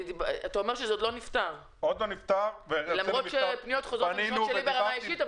אתה אומר שזה עוד לא נפתר למרות פניות וחוזרות שלי ברמה האישית,